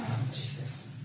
Jesus